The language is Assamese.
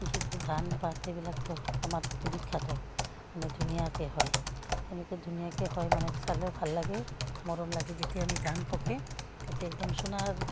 কৃষিটো ধান পাত এইবিলাকতো আমাৰটো বিখ্যাতো মানে ধুনীয়াকৈ হয় এনেকৈ ধুনীয়াকৈ হয় মানে চালেও ভাল লাগে মৰম লাগে যেতিয়া আমি ধান পকে তেতিয়া একদম সোণাৰ